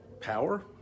power